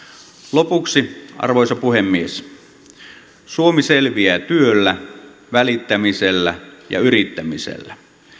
lopuksi arvoisa puhemies suomi selviää työllä välittämisellä ja yrittämisellä